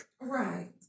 Right